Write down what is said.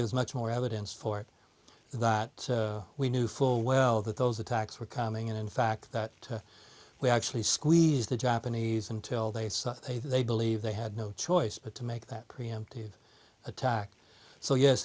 gives much more evidence for it that we knew full well that those attacks were coming and in fact that we actually squeeze the japanese until they saw a they believe they had no choice but to make that preemptive attack so yes